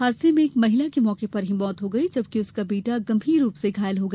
हादसे में एक महिला की मौके पर ही मौत हो गई जबकि उसका बेटा गंभीर रुप से घायल हो गया